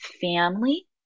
family